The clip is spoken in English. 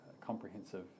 comprehensive